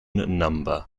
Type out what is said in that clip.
number